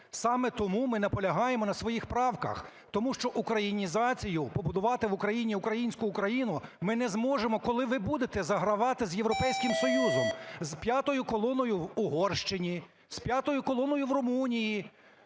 Саме тому ми наполягаємо на своїх правках. Тому що українізацію, побудувати в Україні українську Україну ми не зможемо, коли ви будете загравати з Європейським Союзом, з "п'ятою колоною" в Угорщині, з "п'ятою колоною" в Румунії.